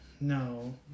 No